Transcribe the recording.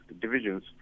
divisions